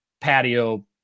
patio